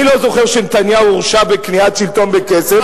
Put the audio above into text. לא זוכר שנתניהו הורשע בקניית שלטון בכסף,